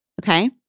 Okay